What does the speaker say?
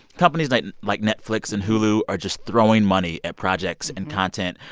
companies like like netflix and hulu are just throwing money at projects and content.